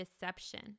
deception